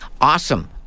Awesome